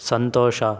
ಸಂತೋಷ